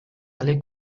alle